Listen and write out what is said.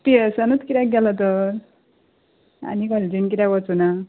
P एसानूत कित्याक गेलो तर आनी कॉलेजीन किऱ्याक वचूना